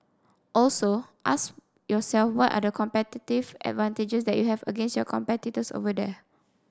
also ask yourself what are the competitive advantages that you have against your competitors over there